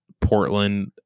portland